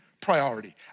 priority